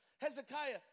Hezekiah